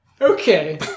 Okay